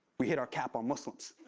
we hit our cap on muslims.